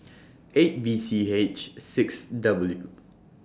eight V C H six W